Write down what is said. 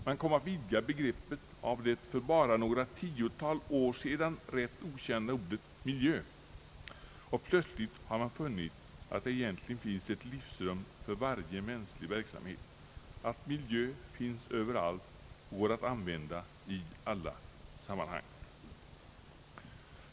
Man kom att vidga begreppet av det för bara några tiotal år sedan rätt okända ordet miljö, och plötsligt har man funnit att det egentligen finns ett livsrum för varje mänsklig verksamhet, att miljö finns överallt och går att använda i alla sammanhang.